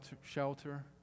shelter